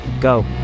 Go